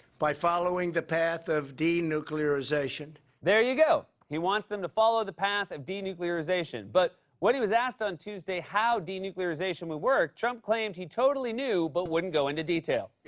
by following the path of denuclearization. there you go. he wants them to follow the path of denuclearization. but when he was asked on tuesday how denuclearization worked, trump claimed he totally knew but wouldn't go into detail.